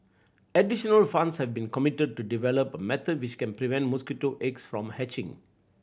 additional funds have been committed to develop a method which can prevent mosquito eggs from hatching